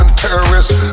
terrorists